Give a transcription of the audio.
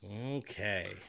Okay